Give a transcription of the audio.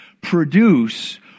produce